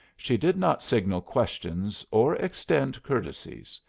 she did not signal questions or extend courtesies.